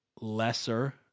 lesser